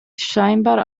scheinbar